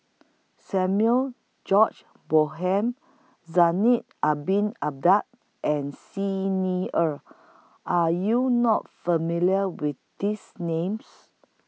Samuel George Bonham Zainal Abidin Ahmad and Xi Ni Er Are YOU not familiar with These Names